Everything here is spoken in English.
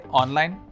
online